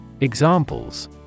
Examples